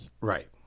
Right